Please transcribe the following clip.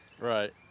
Right